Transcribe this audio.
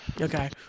Okay